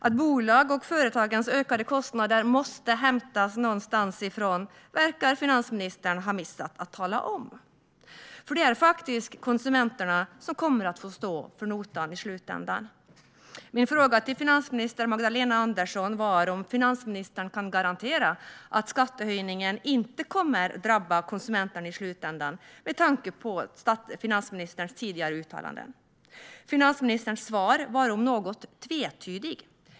Att företagens ökade kostnader måste hämtas någonstans ifrån verkar finansministern ha missat att tala om, för det är faktiskt konsumenterna som kommer att få stå för notan i slutändan. Min fråga till finansminister Magdalena Andersson var om finansministern kan garantera att skattehöjningen inte kommer att drabba konsumenterna i slutändan med tanke på finansministerns tidigare uttalanden. Finansministerns svar var om något tvetydigt.